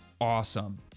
awesome